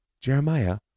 Jeremiah